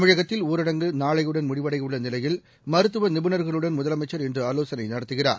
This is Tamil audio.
தமிழகத்தில் ஊரடங்கு நாளையுடன் முடிவடையவுள்ள நிலையில் மருத்துவ நிபுணர்களுடன் முதலமைச்சர் இன்று ஆலோசனை நடத்துகிறார்